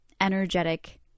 energetic